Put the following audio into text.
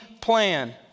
plan